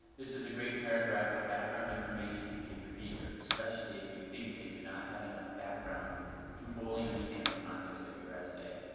this is a great paragraph of background information to give your readers, especially if you think they do not have enough background to fully understand the context of your essay.